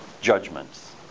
judgments